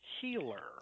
healer